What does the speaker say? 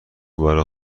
برا